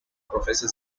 professor